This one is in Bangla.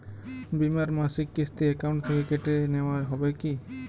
বিমার মাসিক কিস্তি অ্যাকাউন্ট থেকে কেটে নেওয়া হবে কি?